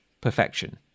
perfection